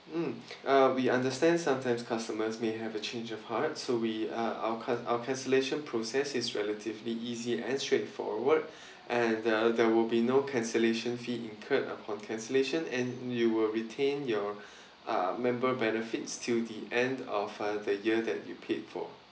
mm uh we understand sometimes customers may have a change of heart so we uh our ca~ our cancellation process is relatively easy and straightforward and uh there will be no cancellation fee incurred upon cancellation and you will retain your uh member benefits till the end of uh the year that you paid for